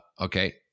okay